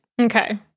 Okay